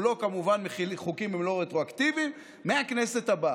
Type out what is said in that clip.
חוקים הם לא רטרואקטיביים, מהכנסת הבאה.